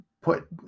put